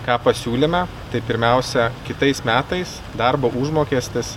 ką pasiūlėme tai pirmiausia kitais metais darbo užmokestis